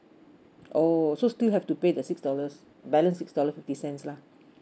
oh so still have to pay the six dollars balance six dollar fifty cents lah